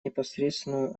непосредственную